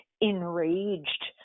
enraged